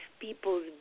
People's